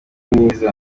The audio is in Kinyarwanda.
mwiza